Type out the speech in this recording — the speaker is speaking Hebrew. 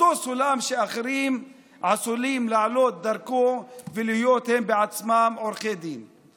אותו סולם שאחרים עשויים לעלות דרכו ולהיות הם בעצמם עורכי דין.